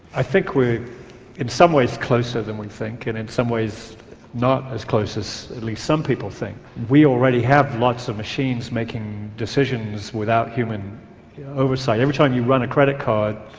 i think we are in some ways closer than we think and in some ways not as close as at least some people think. we already have lots of machines making decisions without human oversight. every time you run a credit card,